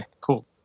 cool